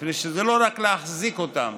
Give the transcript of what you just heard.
מפני שזה לא רק להחזיק אותם